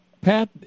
Pat